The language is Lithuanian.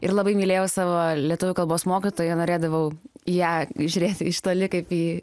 ir labai mylėjau savo lietuvių kalbos mokytoją norėdavau į ją žiūrėti iš toli kaip į